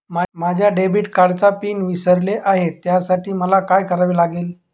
माझ्या डेबिट कार्डचा पिन विसरले आहे त्यासाठी मला काय करावे लागेल?